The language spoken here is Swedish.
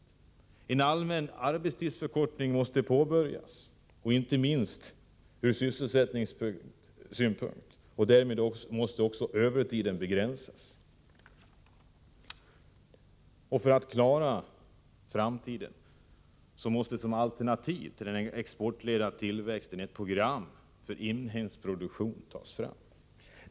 En allmän arbetstidsförkortning måste påbörjas, inte minst ur sysselsättningssynpunkt. Därmed måste också övertiden begränsas. För att klara framtiden måste som alternativ till den exportledda tillväxten ett program för inhemsk produktion tas fram.